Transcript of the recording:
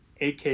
AK